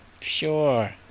Sure